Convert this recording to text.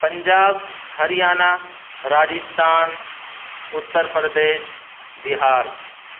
Punjab Haryana Rajasthan Uttar Pradesh Bihar